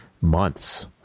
months